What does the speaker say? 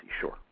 Sure